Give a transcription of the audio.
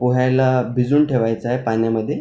पोह्याला भिजवून ठेवायचं आहे पाण्यामध्ये